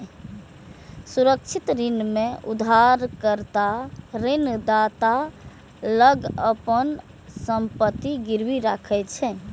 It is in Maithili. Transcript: सुरक्षित ऋण मे उधारकर्ता ऋणदाता लग अपन संपत्ति गिरवी राखै छै